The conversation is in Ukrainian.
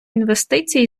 інвестицій